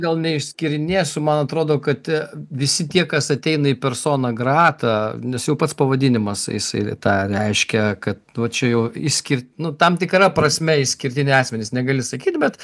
gal neišskirinėsiu man atrodo kad visi tie kas ateina į persona grata nes jau pats pavadinimas jisai tą reiškia kad vat čia jau išskir nu tam tikra prasme išskirtiniai asmenys negali sakyt bet